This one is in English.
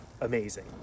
amazing